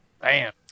bam